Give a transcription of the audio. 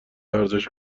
ارزش